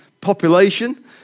population